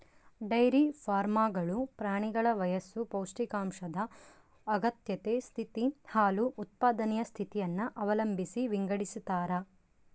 dairy ಫಾರ್ಮ್ಗಳು ಪ್ರಾಣಿಗಳ ವಯಸ್ಸು ಪೌಷ್ಟಿಕಾಂಶದ ಅಗತ್ಯತೆ ಸ್ಥಿತಿ, ಹಾಲು ಉತ್ಪಾದನೆಯ ಸ್ಥಿತಿಯನ್ನು ಅವಲಂಬಿಸಿ ವಿಂಗಡಿಸತಾರ